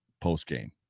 post-game